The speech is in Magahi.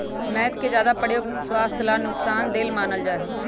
मैद के ज्यादा प्रयोग स्वास्थ्य ला नुकसान देय मानल जाहई